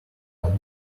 are